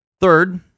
Third